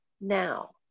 now